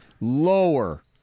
Lower